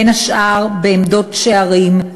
בין השאר בעמדות שערים,